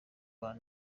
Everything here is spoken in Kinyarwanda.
abana